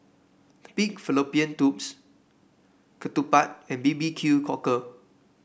Pig Fallopian Tubes ketupat and B B Q Cockle